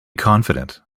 confident